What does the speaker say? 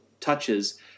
touches